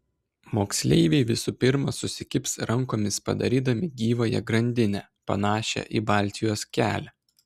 moksleiviai visų pirma susikibs rankomis padarydami gyvąją grandinę panašią į baltijos kelią